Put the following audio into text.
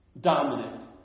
dominant